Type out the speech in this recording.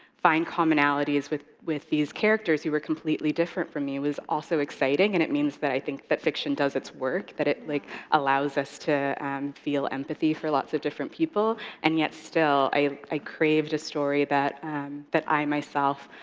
find commonalities with with these characters who were completely different from me was all so exciting, and it means that i think that fiction does its work, that it like allows us to feel empathy for lots of different people, and yet still, i i craved a story that that i myself,